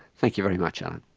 thank you very much, alan.